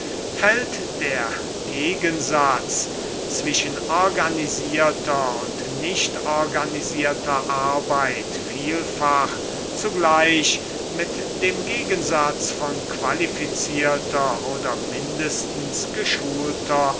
fällt der gegensatz zwischen organisierter und nicht organisierter arbeit vielfach zugleich mit dem gegensatz von qualifizierter oder mindestens geschulter